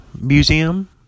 museum